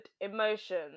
Emotions